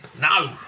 No